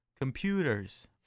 computers